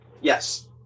Yes